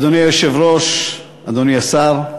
אדוני היושב-ראש, אדוני השר,